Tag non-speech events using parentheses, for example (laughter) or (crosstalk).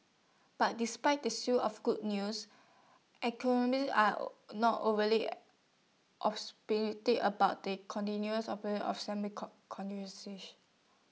but despite the sew of good news (unintelligible) are not overly (unintelligible) about the continuous (unintelligible)